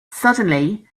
suddenly